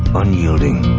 unyielding,